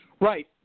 Right